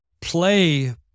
play